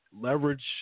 leverage